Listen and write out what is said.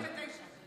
תפנה ל-49.